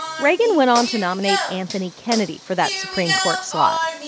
reagan went on to nominate anthony kennedy for that supreme court slot.